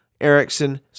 Erickson